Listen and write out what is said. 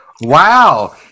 Wow